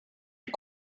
est